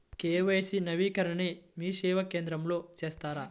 KYC నవీకరణని మీసేవా కేంద్రం లో చేస్తారా?